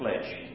flesh